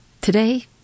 Today